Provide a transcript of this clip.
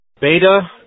beta